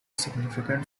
significant